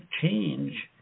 change